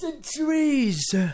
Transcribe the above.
centuries